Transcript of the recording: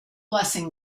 blessing